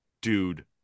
Dude